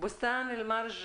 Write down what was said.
בוסתן אל-מרג'